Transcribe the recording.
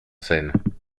scène